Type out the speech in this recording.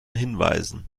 hinweisen